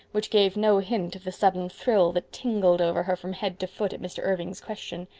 which gave no hint of the sudden thrill that tingled over her from head to foot at mr. irving's question.